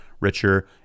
richer